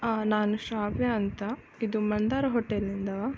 ನಾನು ಶ್ರಾವ್ಯ ಅಂತ ಇದು ಮಂದಾರ ಹೋಟೆಲಿಂದವಾ